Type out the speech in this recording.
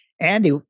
Andy